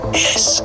yes